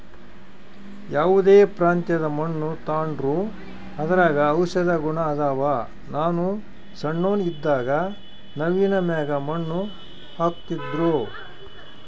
ಯಾವ್ದೇ ಪ್ರಾಂತ್ಯದ ಮಣ್ಣು ತಾಂಡ್ರೂ ಅದರಾಗ ಔಷದ ಗುಣ ಅದಾವ, ನಾನು ಸಣ್ಣೋನ್ ಇದ್ದಾಗ ನವ್ವಿನ ಮ್ಯಾಗ ಮಣ್ಣು ಹಾಕ್ತಿದ್ರು